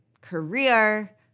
career